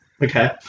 Okay